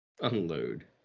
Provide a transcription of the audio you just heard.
Unload